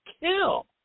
kill